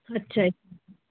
ਅੱਛਾ ਜੀ